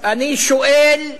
אני שואל: